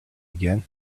again